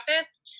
office